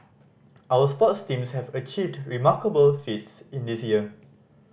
our sports teams have achieved remarkable feats in this year